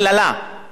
למה כל זה?